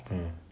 mmhmm